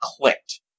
clicked